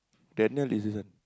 Daniel is this one